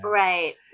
right